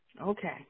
Okay